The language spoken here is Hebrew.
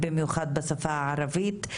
במיוחד בשפה הערבית,